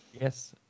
Yes